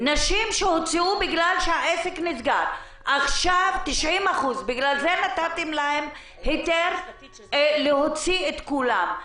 נשים שהוצאו בגלל שהעסק נסגר ובגלל זה נתתם להם היתר להוציא את כולם.